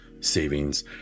savings